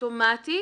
אוטומטית